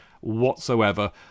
whatsoever